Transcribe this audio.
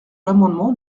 l’amendement